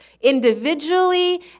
individually